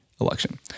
election